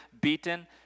beaten